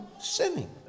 sinning